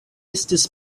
estis